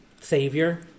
Savior